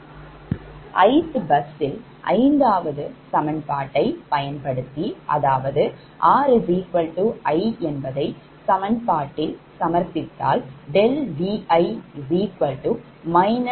ith bus யில் ஐந்தாவது சமன்பாட்டைப் பயன்படுத்தி அதாவது ri என்பதை சமன்பாட்டில் சமர்ப்பித்தால்∆Vi ZrrIf